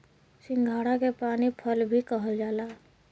सिंघाड़ा के पानी फल भी कहल जाला